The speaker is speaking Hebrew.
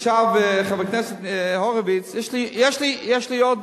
חבר הכנסת הורוביץ, יש לי עוד